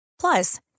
Plus